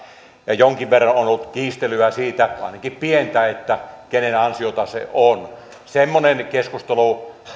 ja jonkin verran on ollut kiistelyä siitä ainakin pientä kenen ansiota se on semmoinen keskustelu